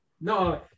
No